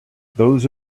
those